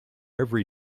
every